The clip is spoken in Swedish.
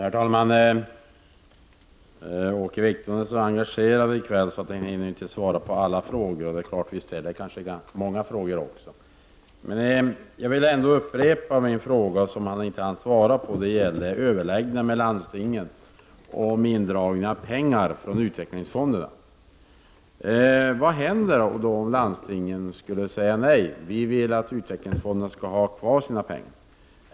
Fru talman! Åke Wictorsson är så engagerad i kväll att han inte hinner svara på alla frågor, och visst var det kanske många frågor. Jag vill ändå upprepa min fråga som han inte alls svarade på om överläggningarna med landstinget och om indragning av pengar från utvecklingsfonderna. Vad händer om landstingen skulle säga: ”Nej, vi vill att utvecklingsfonderna skall ha kvar sina pengar”?